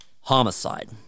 homicide